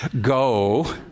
Go